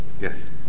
Yes